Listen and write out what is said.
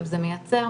זה מייצר,